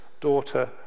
daughter